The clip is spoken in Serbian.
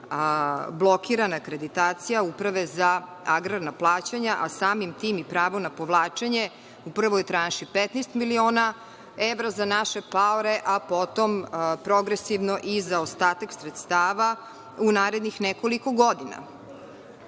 blokirana akreditacija Uprave za agrarna plaćanja, a samim tim i pravo na povlačenje u prvoj tranši 15 miliona evra za naše paore, a potom progresivno i zaostatak sredstava u narednih nekoliko godina. Meni